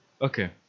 Okay